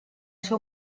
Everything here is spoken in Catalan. ser